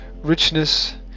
Richness